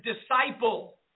disciple